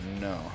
No